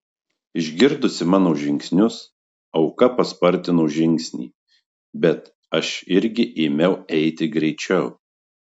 išgirdusi mano žingsnius auka paspartino žingsnį bet aš irgi ėmiau eiti greičiau